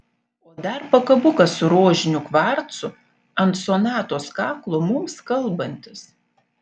o dar pakabukas su rožiniu kvarcu ant sonatos kaklo mums kalbantis